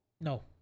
No